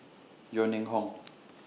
Yeo Ning Hong